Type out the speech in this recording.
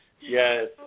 Yes